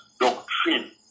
doctrine